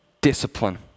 discipline